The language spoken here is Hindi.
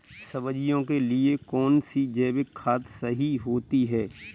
सब्जियों के लिए कौन सी जैविक खाद सही होती है?